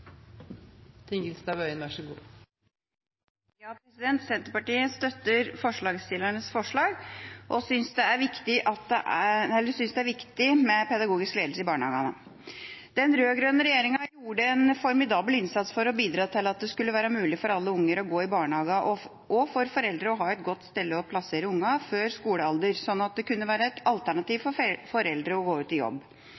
Den rød-grønne regjeringa gjorde en formidabel innsats for å bidra til at det skulle være mulig for alle unger å gå i barnehage og for foreldre å ha et godt sted å plassere ungene før skolealder, slik at det kunne være et alternativ for foreldre å gå ut i jobb.